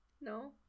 No